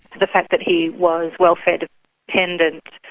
the fact that he was welfare dependent,